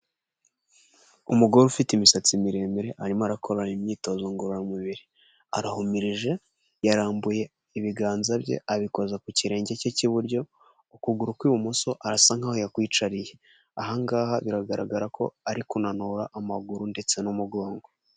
Umugore ufite imisatsi miremire arimo arakora imyitozo ngororamubiri, arahumirije yarambuye ibiganza bye abikoza ku kirenge cye cy'iburyo ukuguru kw'ibumoso arasa nkaho yakwicariye, ahangaha biragaragara ko ari kunanura amaguru ndetse n'umugongo.